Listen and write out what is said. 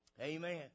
Amen